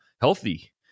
healthy